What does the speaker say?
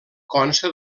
consta